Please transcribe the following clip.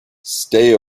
stay